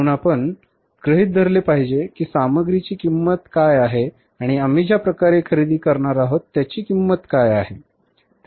म्हणून आपण गृहित धरले पाहिजे की ही सामग्रीची किंमत आहे आणि आम्ही ज्या प्रकारे खरेदी करणार आहोत त्याची ही किंमत आहे